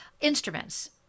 Instruments